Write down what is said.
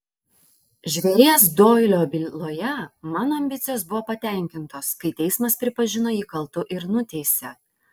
žvėries doilio byloje mano ambicijos buvo patenkintos kai teismas pripažino jį kaltu ir nuteisė